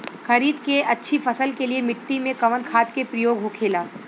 खरीद के अच्छी फसल के लिए मिट्टी में कवन खाद के प्रयोग होखेला?